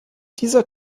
dieser